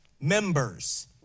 members